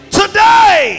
today